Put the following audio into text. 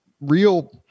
real